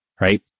right